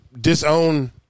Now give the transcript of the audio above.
disown